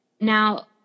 Now